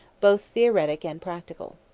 both theoretic and practical.